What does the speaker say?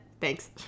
Thanks